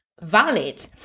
valid